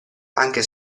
anche